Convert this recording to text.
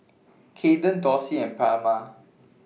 Kayden Dorsey and Palma